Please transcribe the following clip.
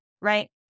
right